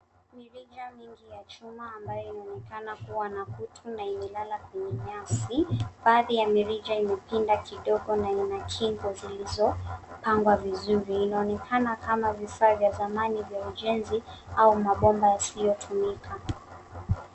Mirija mingi ya chuma ambayo inaonekana kua na kutu na imelala kwenye nyasi. Baadhi ya mirija imepinda kidogo na ina kingo zilizopangwa vizuri. Inaonekana kama vifaa vya zamani vya ujenzi, au mabomba yasiotumika.